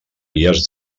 vies